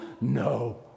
No